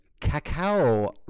cacao